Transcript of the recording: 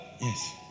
Yes